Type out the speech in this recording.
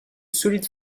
solide